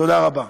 תודה רבה.